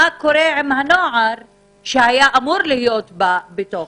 מה קורה עם הנוער שהיה אמור להיות בתוך?